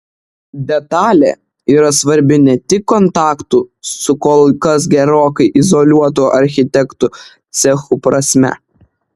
detalė yra svarbi ne tik kontaktų su kol kas gerokai izoliuotu architektų cechu prasme